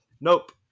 Nope